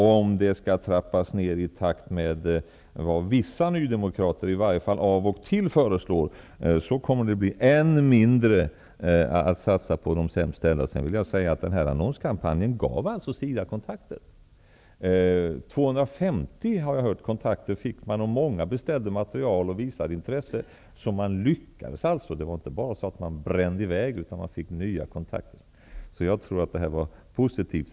Om den skall trappas ner i den omfattning som vissa Nydemokrater -- i alla fall -- av och till -- föreslår kommer det att finnas ännu mindre att satsa på de sämst ställda. Den här annonskampanjen gav faktiskt SIDA kontakter. Jag har hört att man fick 250 kontakter. Många beställde material och visade intresse. Man lyckades alltså med kampanjen. Man brände inte bara i väg pengar utan man fick nya kontakter. Jag tror att det här var positivt.